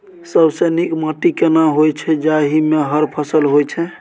सबसे नीक माटी केना होय छै, जाहि मे हर फसल होय छै?